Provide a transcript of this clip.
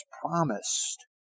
promised